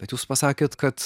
bet jūs pasakėt kad